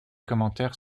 commentaires